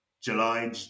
July